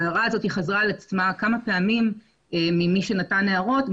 ההערה הזאת חזרה על עצמה כמה פעמים ממי שנתן הערות,